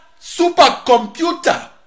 supercomputer